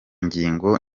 ngingo